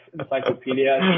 encyclopedia